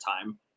time